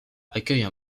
accueille